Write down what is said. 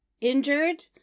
injured